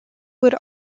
would